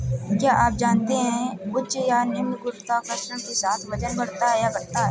क्या आप जानते है उच्च या निम्न गुरुत्वाकर्षण के साथ वजन बढ़ता या घटता है?